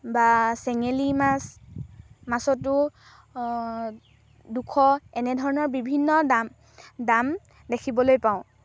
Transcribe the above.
বা চেঙেলী মাছ মাছতো দুশ এনেধৰণৰ বিভিন্ন দাম দাম দেখিবলৈ পাওঁ